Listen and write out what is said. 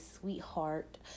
sweetheart